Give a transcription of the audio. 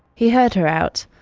he heard her out,